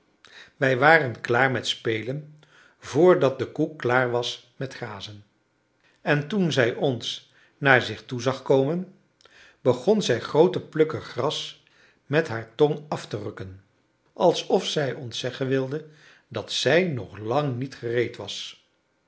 wij waren klaar met spelen vrdat de koe klaar was met grazen en toen zij ons naar zich toe zag komen begon zij groote plukken gras met haar tong af te rukken alsof zij ons zeggen wilde dat zij nog lang niet gereed was